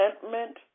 contentment